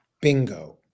bingo